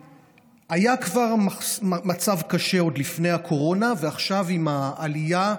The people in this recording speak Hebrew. היה מצב קשה עוד לפני הקורונה, ועכשיו, עם העלייה,